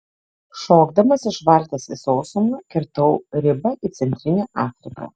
šokdamas iš valties į sausumą kirtau ribą į centrinę afriką